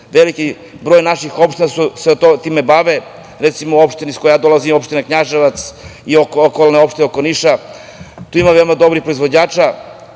veliki broj naših opština se time bave, recimo iz opštine iz koje dolazi, kao i opština Knjaževac, okolne opštine oko Niša, tu ima veoma dobrih proizvođača,